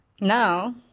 Now